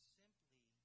simply